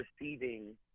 receiving